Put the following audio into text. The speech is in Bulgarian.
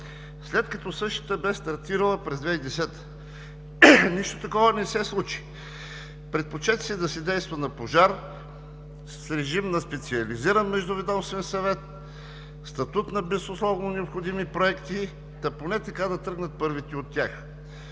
след като същата бе стартирала през 2010 г. Нищо такова не се случи. Предпочете се да се действа на пожар, с режим на специализиран междуведомствен съвет, статут на безусловно необходими проекти, та поне така да тръгнат първите от тях.